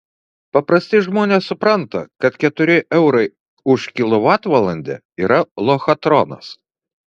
paprasti žmonės supranta kad keturi eurai už kilovatvalandę yra lochatronas